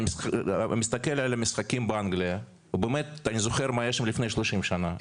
אני מסתכל על המשחקים באנגליה ובאמת אני זוכר מה היה שם לפני 30 שנה.